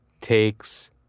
takes